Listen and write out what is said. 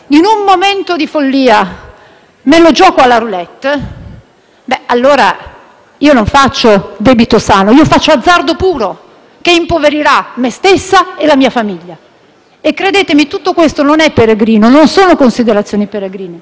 allora non faccio debito sano, ma azzardo puro, che impoverirà me stessa e la mia famiglia. Credetemi che queste non sono considerazioni peregrine. Vedo il ministro Salvini